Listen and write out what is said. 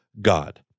God